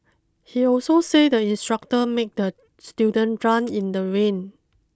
he also said the instructor made the student run in the rain